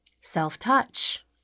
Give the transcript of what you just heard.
self-touch